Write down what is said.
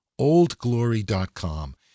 oldglory.com